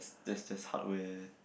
that's that's hardware